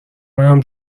منم